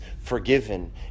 forgiven